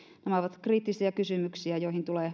nämä ovat kriittisiä kysymyksiä joihin tulee